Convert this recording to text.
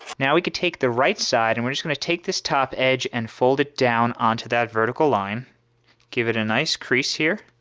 now, we could take the right side and we're just going to take this top edge and fold it down onto that vertical line give it a nice crease here